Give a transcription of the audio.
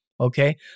Okay